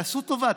תעשו טובה,